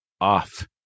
off